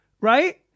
Right